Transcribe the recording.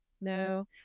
no